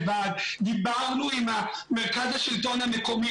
דיברנו עם מרכז השלטון המקומי.